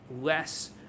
less